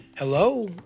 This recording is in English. Hello